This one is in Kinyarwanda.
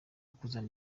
kuzana